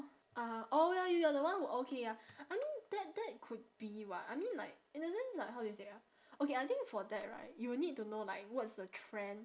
ah oh ya you are the one who okay ya I mean that that could be [what] I mean like it doesn't like how do you say ah okay I think for that right you need to know like what's the trend